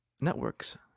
networks